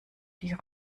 die